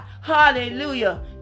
hallelujah